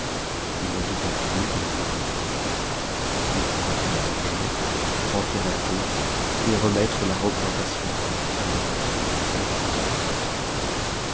i ne douta plus de la mort de tourmente il fit refermer la bière remplir la fosse et remettre la représentation en l'état où elle était auparavant